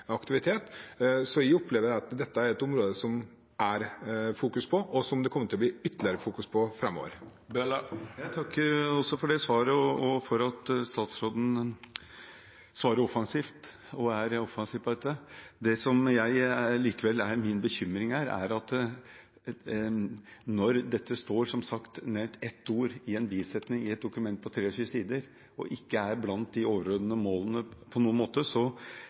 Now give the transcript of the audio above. aktivitet. Så jeg opplever at dette er et område som det er fokus på, og som det kommer til å bli ytterligere fokus på framover. Jeg takker også for det svaret og for at statsråden svarer offensivt og er offensiv på dette. Det som allikevel er min bekymring her, er at når dette som sagt står nevnt med ett ord i en bisetning i et dokument på 23 sider, og ikke er blant de overordnede målene på noen måte,